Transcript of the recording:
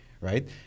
right